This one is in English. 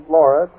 Laura